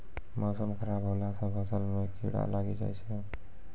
मौसम खराब हौला से फ़सल मे कीड़ा लागी जाय छै?